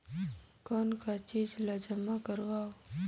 कौन का चीज ला जमा करवाओ?